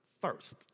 first